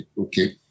Okay